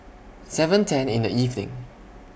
seven ten in The evening